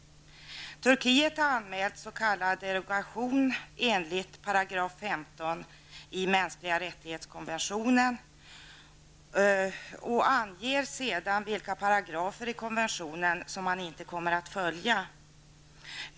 Turkiet har anmält krav på s.k. derogation enligt artikel 15 i konventionen för mänskliga rättigheter och har angett vilka paragrafer i konventionen som landet inte har för avsikt att följa.